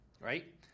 right